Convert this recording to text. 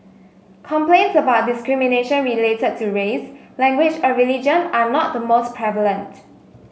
complaints about discrimination related to race language or religion are not the most prevalent